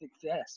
success